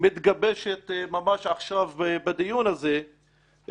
שמתגבשת ממש עכשיו בדיון הזה,